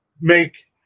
Make